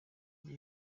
new